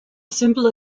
simple